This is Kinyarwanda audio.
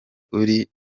uri